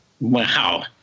Wow